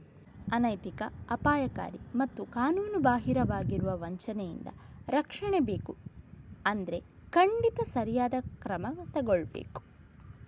ಅನೈತಿಕ, ಅಪಾಯಕಾರಿ ಮತ್ತು ಕಾನೂನುಬಾಹಿರವಾಗಿರುವ ವಂಚನೆಯಿಂದ ರಕ್ಷಣೆ ಬೇಕು ಅಂದ್ರೆ ಖಂಡಿತ ಸರಿಯಾದ ಕ್ರಮ ತಗೊಳ್ಬೇಕು